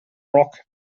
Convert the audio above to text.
rock